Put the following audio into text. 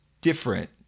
different